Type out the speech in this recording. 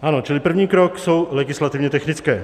Ano, čili první krok jsou legislativně technické.